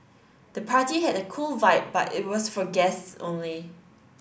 the party had a cool vibe but it was for guests only